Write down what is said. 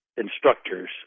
instructors